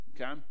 Okay